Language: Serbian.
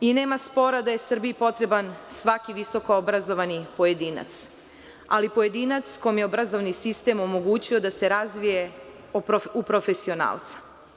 Nema spora da je Srbiji potreban svaki visoko obrazovani pojedinac, ali pojedinac kome je obrazovni sistem omogućio da se razvije u profesionalca.